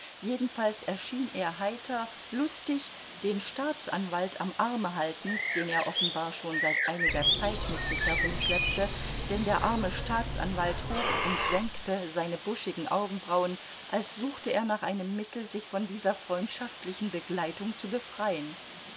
jedenfalls erschien er heiter lustig den staatsanwalt am arme haltend den er offenbar schon seit einiger zeit mit sich herumschleppte denn der arme staatsanwalt hob und senkte seine buschigen augenbrauen als suchte er nach einem mittel sich von dieser freundschaftlichen begleitung zu befreien